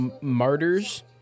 Martyrs